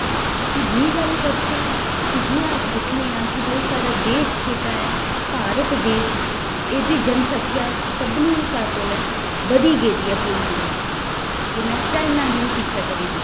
ते दूई गल्ल करचै की जियां अस दिक्खनै आं कि साढ़ा देश जेह्का ऐ भारत देश एह्दी जनसंख्या सभनीं कोला बधी गेदी ऐ पूरी दुनियां च इन्ने चाइनां गी बी पिच्छें करी दित्ता ऐ